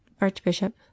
Archbishop